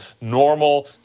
normal